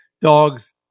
dogs